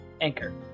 Anchor